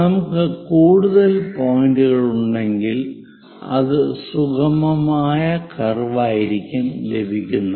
നമുക്ക് കൂടുതൽ പോയിന്റുകൾ ഉണ്ടെങ്കിൽ അത് സുഗമമായ കർവായിരിക്കും ലഭിക്കുന്നത്